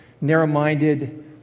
narrow-minded